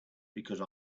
because